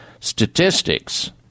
statistics